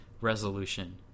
resolution